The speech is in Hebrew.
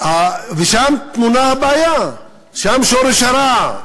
ושם טמונה הבעיה, שם שורש הרע.